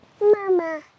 Mama